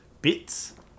bits